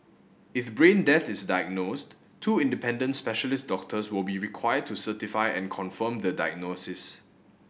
if brain death is diagnosed two independent specialist doctors will be required to certify and confirm the diagnosis